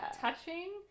touching